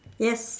yes